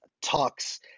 talks